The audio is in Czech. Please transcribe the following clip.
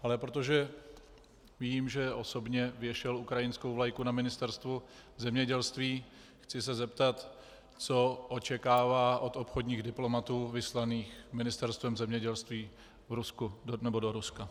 Ale protože vím, že osobně věšel ukrajinskou vlajku na Ministerstvu zemědělství, chci se zeptat, co očekává od obchodních diplomatů vyslaných Ministerstvem zemědělství v Rusku nebo do Ruska.